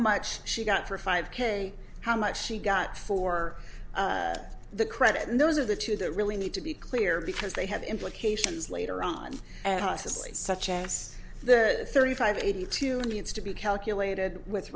much she got for a five k how much she got for the credit and those are the two that really need to be clear because they have implications later on and possibly such as the thirty five eighty two needs to be calculated with